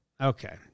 Okay